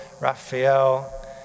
Raphael